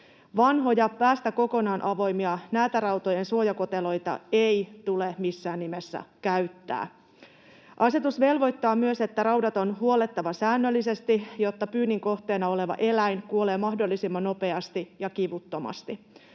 Vanhoja, päästä kokonaan avoimia näätärautojen suojakoteloita ei tule missään nimessä käyttää. Asetus velvoittaa myös, että raudat on huollettava säännöllisesti, jotta pyynnin kohteena oleva eläin kuolee mahdollisimman nopeasti ja kivuttomasti.